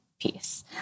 piece